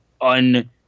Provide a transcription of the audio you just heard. un